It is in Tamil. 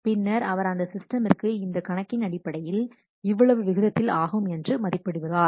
பின்னர் அவர் அந்த சிஸ்டமிற்கு இந்தக் கணக்கின் அடிப்படையில் இவ்வளவு விகிதத்தில் ஆகும் என்று மதிப்பிடுவார்கள்